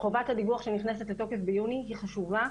חובת הדיווח שנכנסת לתוקף ביוני היא חשובה,